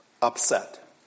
upset